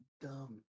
dumb